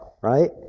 right